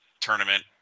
tournament